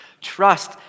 Trust